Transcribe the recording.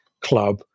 club